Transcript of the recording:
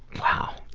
wow.